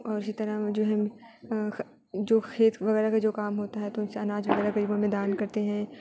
اور اسی طرح جو ہے جو کھیت وغیرہ کا جو کام ہوتا ہے تو ان سے اناج وغیرہ غریبوں میں دان کرتے ہیں